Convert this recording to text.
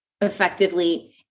effectively